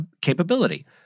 capability